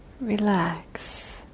Relax